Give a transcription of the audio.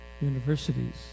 universities